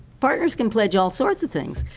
partners can pledge all sorts of things.